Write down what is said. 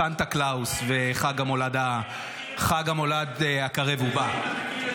סנטה קלאוס וחג המולד הקרב ובא --- אם היית מכיר את החוקים.